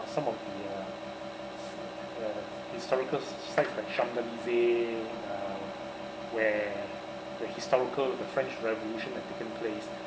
some of the uh historical sites like uh where the historical the french revolution had taken place